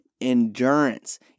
endurance